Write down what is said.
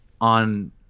on